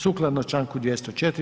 Sukladno čl. 204.